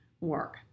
work